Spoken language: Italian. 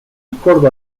accordo